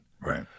right